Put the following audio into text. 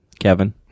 Kevin